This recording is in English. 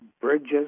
bridges